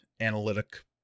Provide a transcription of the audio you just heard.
analytic